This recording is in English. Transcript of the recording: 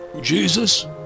Jesus